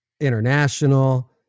international